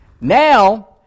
Now